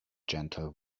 gentle